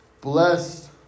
Blessed